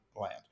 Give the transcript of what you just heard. land